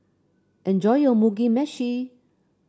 enjoy your Mugi Meshi